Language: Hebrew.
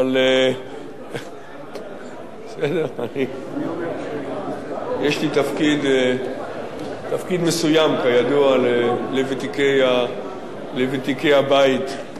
אבל בסדר, יש לי תפקיד מסוים כידוע לוותיקי הבית.